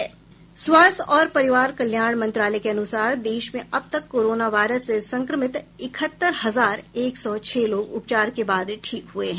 स्वास्थ्य और परिवार कल्याण मंत्रालय के अनुसार देश में अब तक कोरोना वायरस से संक्रमित इकहत्तर हजार एक सौ छह लोग उपचार के बाद ठीक हुए हैं